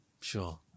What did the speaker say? sure